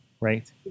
Right